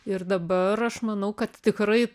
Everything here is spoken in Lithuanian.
ir dabar aš manau kad tikrai